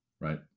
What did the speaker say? right